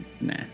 nah